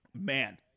man